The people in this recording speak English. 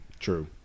True